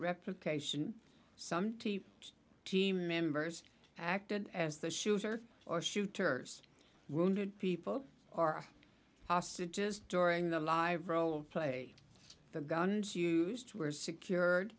replication some t team members acted as the shooter or shooters wounded people or hostages during the live role of play the guns used were secured